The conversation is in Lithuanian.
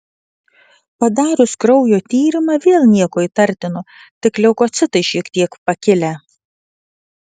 padarius kraujo tyrimą vėl nieko įtartino tik leukocitai šiek tiek pakilę